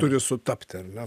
turi sutapti ar ne